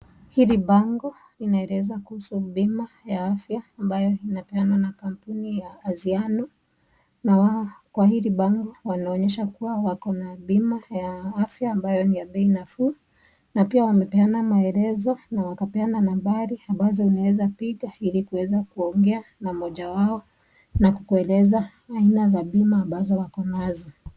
Hili bango linaeleza kuhusu bima ya afya ambayo inapeanwa na kampuni ya Anziano na kwa hili bango wanaonyesha kuwa wako na bima ya afya ambayo ni ya bei nafuu na pia wamepeana maelezo na wakapeana nambari ambayo unawezapiga ili kuweza kuongea na mmoja wao na kukueleza aina za bima ambazo wako nazo.